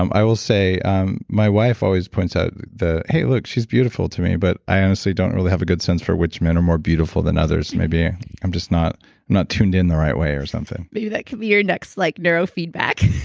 i will say um my wife always points out the, hey, look, she's beautiful, to me but i honestly don't really have a good sense for which men are more beautiful than others. maybe i'm just not not tuned in the right way or something. maybe that could be your next like neuro feedback.